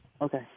Okay